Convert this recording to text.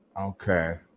Okay